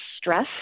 stress